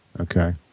Okay